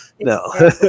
no